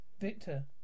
Victor